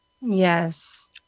Yes